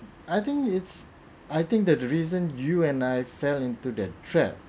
I think it's I think that the reason you and I fell into that trap